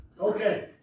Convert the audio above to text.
Okay